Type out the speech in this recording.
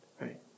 right